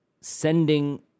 sending